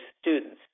students